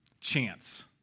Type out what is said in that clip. chance